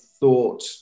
thought